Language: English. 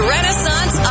Renaissance